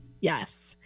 Yes